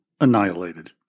annihilated